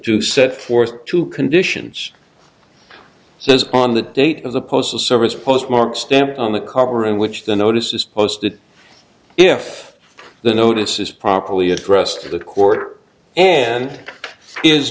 to set forth two conditions says on the date of the postal service postmark stamped on the cover in which the notices posted if the notice is properly addressed to the court and is